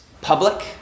public